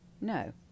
No